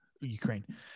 Ukraine